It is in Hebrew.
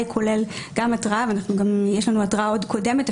כולל גם התראה וגם יש לנו עוד התראה קודמת,